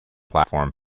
platform